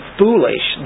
foolish